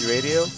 Radio